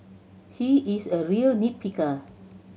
he is a real nit picker